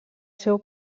seu